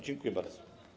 Dziękuję bardzo.